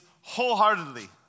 wholeheartedly